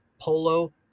Polo